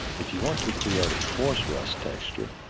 if you want to create a coarse rust texture,